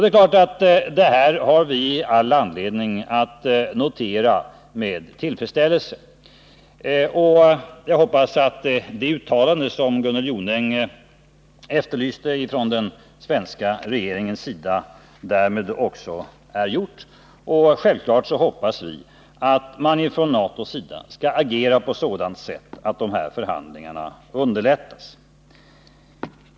Det är klart att vi har all anledning att notera detta med tillfredsställelse. Jag hoppas att det uttalande från regeringens sida som Gunnel Jonäng efterlyste därmed också är gjort. Självfallet hoppas vi att man från NATO:s sida skall agera på sådant sätt att dessa förhandlingar underlättas.